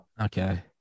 okay